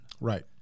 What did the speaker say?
right